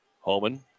Holman